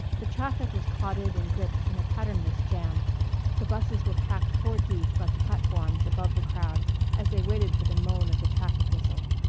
the traffic was clotted and gripped in a patternless jam the busses were packed four deep like platforms above the crowd as they waited for the moan of the traffic whistle.